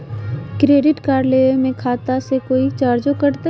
Credit card लेवे में खाता से कोई चार्जो कटतई?